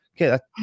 okay